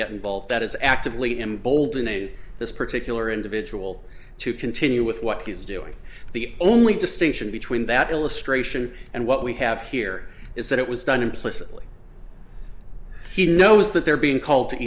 get involved that is actively emboldening this particular individual to continue with what he's doing the only distinction between that illustration and what we have here is that it was done implicitly he knows that they're being called to